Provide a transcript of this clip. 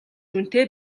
үнэтэй